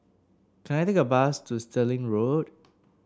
can I take a bus to Stirling Road